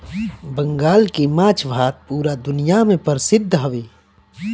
बंगाल के माछ भात पूरा दुनिया में परसिद्ध हवे